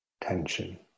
tension